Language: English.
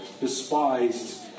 despised